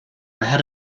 ahead